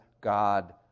God